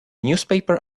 newspaper